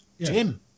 Jim